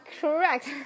correct